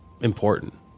important